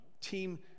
team